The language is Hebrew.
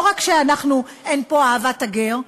לא רק שאין פה אהבת הגר,